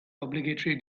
obligatory